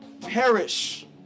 perish